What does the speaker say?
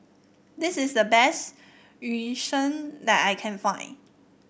this is the best Yu Sheng that I can find